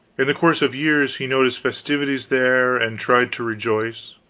in the course of years he noted festivities there, and tried to rejoice,